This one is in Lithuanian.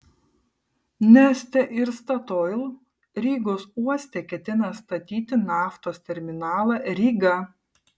neste ir statoil rygos uoste ketina statyti naftos terminalą ryga